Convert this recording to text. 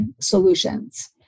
solutions